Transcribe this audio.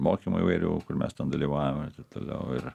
mokymų įvairių kur mes ten dalyvavaujam ir taip toliau ir